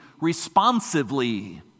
responsively